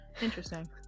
Interesting